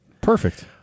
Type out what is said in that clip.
Perfect